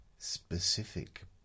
Specific